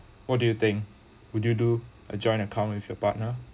what do you think would you do a joint account with your partner